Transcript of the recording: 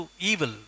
evil